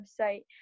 website